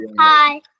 Hi